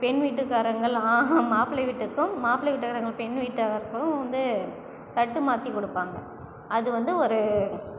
பெண் வீட்டுக்காரங்கள் மாப்பிள வீட்டுக்கும் மாப்பிள வீட்டுக்காரங்க பெண் வீட்டார்களும் வந்து தட்டு மாற்றிக் கொடுப்பாங்க அது வந்து ஒரு